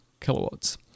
kilowatts